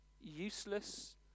useless